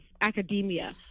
academia